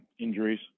injuries